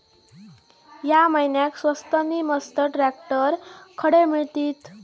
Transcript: या महिन्याक स्वस्त नी मस्त ट्रॅक्टर खडे मिळतीत?